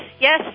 yes